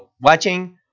watching